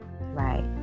right